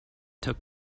took